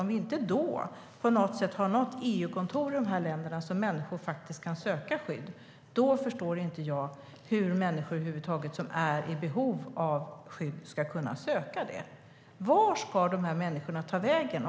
Om det inte kan finnas EU-kontor i dessa länder där människor kan söka skydd förstår jag inte hur människor som är i behöv av skydd över huvud taget ska kunna söka skydd. Vart ska de här människorna ta vägen?